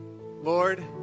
Lord